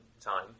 time